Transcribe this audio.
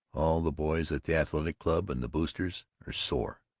all the boys at the athletic club and the boosters' are sore,